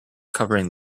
covering